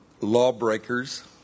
lawbreakers